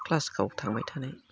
क्लासफ्राव थांबाय थानाय